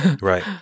Right